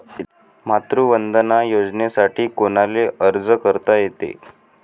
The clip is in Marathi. मातृवंदना योजनेसाठी कोनाले अर्ज करता येते?